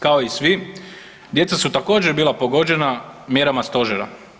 Kao i svi djeca su također bila pogođena mjerama stožera.